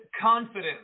confidence